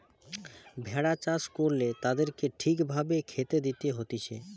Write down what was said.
ভেড়া চাষ করলে তাদেরকে ঠিক ভাবে খেতে দিতে হতিছে